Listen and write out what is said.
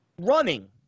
running